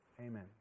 Amen